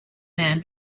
man